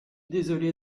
désolée